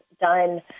done